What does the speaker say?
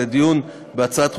לדיון בהצעת חוק-יסוד: